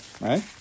right